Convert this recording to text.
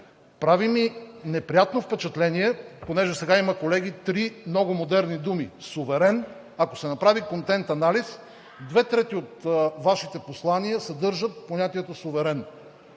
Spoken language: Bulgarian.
Прави ми неприятно впечатление, понеже сега има, колеги, три много модерни думи: суверен, ако се направи контент-анализ, две трети от Вашите послания, съдържат понятието суверен.